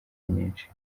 nyinshi